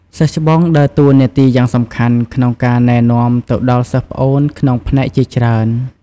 សិស្សច្បងដើរតួនាទីយ៉ាងសំខាន់ក្នុងការ ណែនាំទៅដល់សិស្សប្អូនក្នុងផ្នែកជាច្រើន។